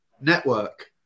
network